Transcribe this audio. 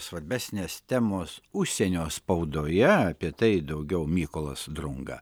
svarbesnės temos užsienio spaudoje apie tai daugiau mykolas drunga